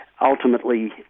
ultimately